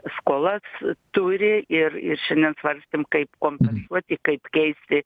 skolas turi ir ir šiandien svarstėm kaip kompensuoti kaip keisti